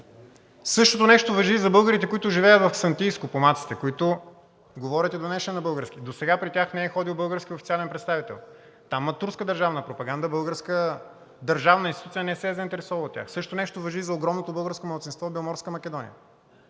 Същото нещо важи и за българите, които живеят в Ксантийско – помаците, които говорят и до ден днешен на български. Досега при тях не е ходил български официален представител. Там има турска държавна пропаганда, българска държавна институция не се е заинтересувала от тях. Същото нещо важи и за огромното българско малцинство в Беломорска Македония